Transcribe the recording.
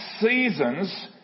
seasons